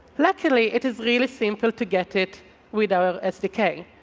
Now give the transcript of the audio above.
luckily it is really simple to get it with our sdk.